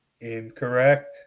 incorrect